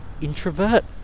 introvert